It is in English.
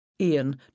Ian